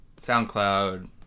SoundCloud